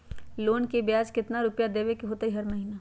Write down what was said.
Loan के ब्याज कितना रुपैया देबे के होतइ हर महिना?